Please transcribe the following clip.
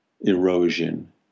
erosion